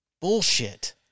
Bullshit